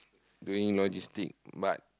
doing logistics but